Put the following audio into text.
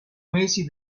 mesi